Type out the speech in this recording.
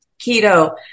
keto